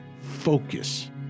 focus